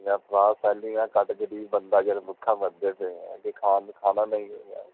ਨਾ ਜਨਾਬ ਸੈਲਰੀਆਂ ਕੱਟ ਕੇ ਗਰੀਬ ਬੰਦਾ ਯਾਰ ਭੁੱਖਾ ਮਰਦੇ ਪਏ ਹਾਂ ਅੱਗੇ ਖਾਣ ਨੂੰ ਖਾਣਾ ਨਹੀਂ ਮਿਲ ਰਿਹਾ